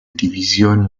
divisioni